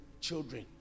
children